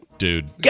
Dude